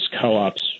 co-ops